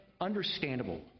understandable